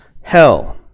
hell